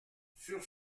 sur